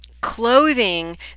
clothing